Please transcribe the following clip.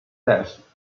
death